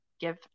give